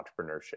entrepreneurship